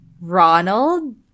Ronald